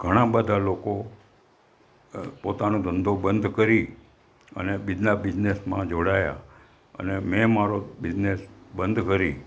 ઘણાં બધા લોકો પોતાનો ધંધો બંધ કરી અને બીજા બિઝનેસમાં જોડાયા અને મેં મારો બિઝનેસ બંધ કરી